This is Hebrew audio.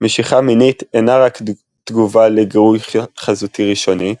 משיכה מינית אינה רק תגובה לגירוי חזותי ראשוני,